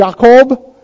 Jacob